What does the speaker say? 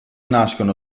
nascono